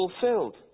fulfilled